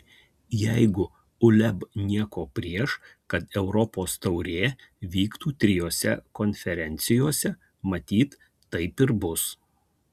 jeigu uleb nieko prieš kad europos taurė vyktų trijose konferencijose matyt taip ir bus